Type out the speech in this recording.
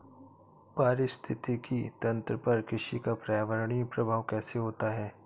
पारिस्थितिकी तंत्र पर कृषि का पर्यावरणीय प्रभाव कैसा होता है?